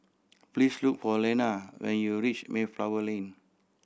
please look for Leanna when you reach Mayflower Lane